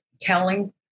telling